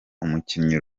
umukinyi